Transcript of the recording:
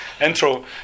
intro